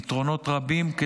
פתרונות רבים,